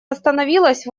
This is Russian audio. остановилась